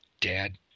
Dad